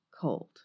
cold